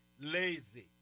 lazy